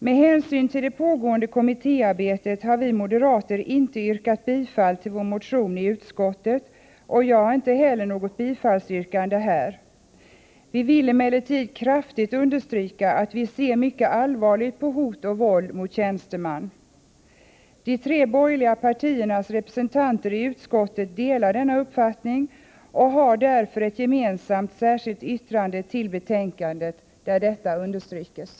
Med hänsyn till det pågående kommittéarbetet har vi moderater inte yrkat bifall till vår motion i utskottet, och jag har inte något yrkande om bifall till den här. Vi vill emellertid kraftigt understryka att vi ser mycket allvarligt på hot och våld mot tjänsteman. De tre borgerliga partiernas representanter i utskottet delar denna uppfattning och har i ett gemensamt särskilt yttrande till betänkandet understrukit denna sin åsikt.